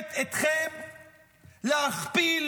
מחייבת אתכם להכפיל,